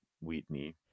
Whitney